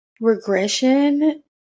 regression